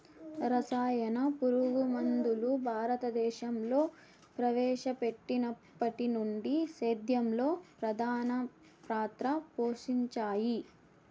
రసాయన పురుగుమందులు భారతదేశంలో ప్రవేశపెట్టినప్పటి నుండి సేద్యంలో ప్రధాన పాత్ర పోషించాయి